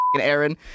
Aaron